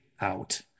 out